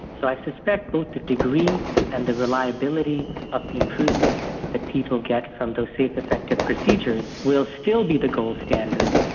so i suspect both the degree and the reliability of the improvement that people get from those safe, effective procedures will still be the gold standard,